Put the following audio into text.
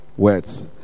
words